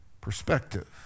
perspective